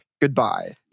Goodbye